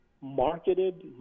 marketed